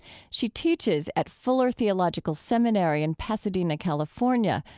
she teaches at fuller theological seminary in pasadena, california,